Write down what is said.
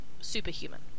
superhuman